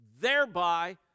Thereby